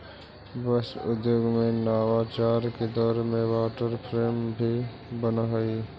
वस्त्र उद्योग में नवाचार के दौर में वाटर फ्रेम भी बनऽ हई